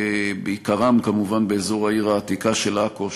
עיקרם כמובן באזור העיר העתיקה של עכו,